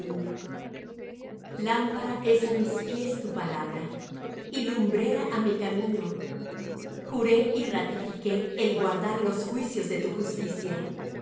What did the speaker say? lámpara es á mis pies tu palabra y lumbrera á mi camino juré y ratifiqué el guardar los juicios de tu justicia